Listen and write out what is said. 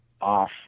off